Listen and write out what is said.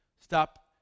Stop